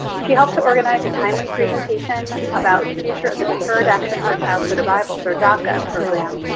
she helped to organize a timely presentation about the future of the deferred action for childhood arrivals or daca program,